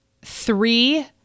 three